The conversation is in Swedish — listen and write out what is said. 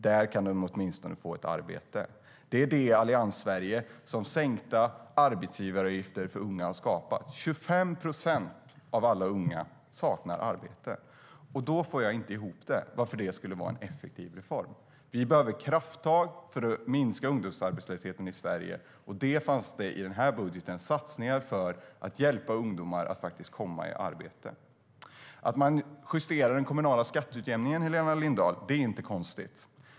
Där kan en ungdom åtminstone få ett arbete. Att justera den kommunala skatteutjämningen, Helena Lindahl, är inte konstigt.